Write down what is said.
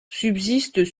subsistent